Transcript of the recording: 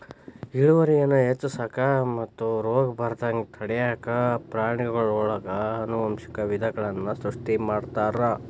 ಇಳುವರಿಯನ್ನ ಹೆಚ್ಚಿಸಾಕ ಮತ್ತು ರೋಗಬಾರದಂಗ ತಡ್ಯಾಕ ಪ್ರಾಣಿಗಳೊಳಗ ಆನುವಂಶಿಕ ವಿಧಗಳನ್ನ ಸೃಷ್ಟಿ ಮಾಡ್ತಾರ